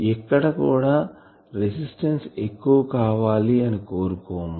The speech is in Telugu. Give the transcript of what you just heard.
ఎక్కడ కూడా రెసిస్టెన్స్ ఎక్కువ కావలి అని కోరుకోము